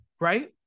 right